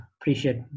appreciate